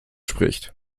spricht